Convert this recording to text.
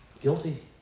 Guilty